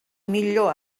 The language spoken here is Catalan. millor